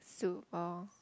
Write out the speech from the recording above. soup or